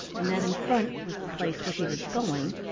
and that in front was the place where he was going,